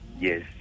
Yes